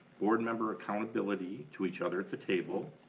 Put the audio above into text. board member accountability to each other at the table,